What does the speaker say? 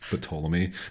Ptolemy